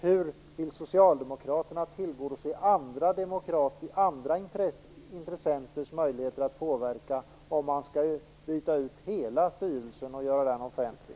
Hur vill Socialdemokraterna tillgodose andra intressenters möjligheter att påverka om man skall byta ut hela styrelsen och göra den offentlig?